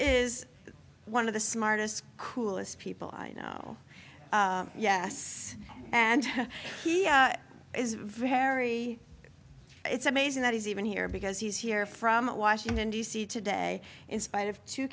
is one of the smartest coolest people i know yes and he is very it's amazing that he's even here because he's here from washington d c today in spite of to